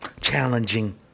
challenging